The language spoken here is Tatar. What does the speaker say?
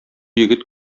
егет